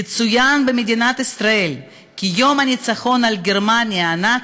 יצוין במדינת ישראל כיום הניצחון על גרמניה הנאצית.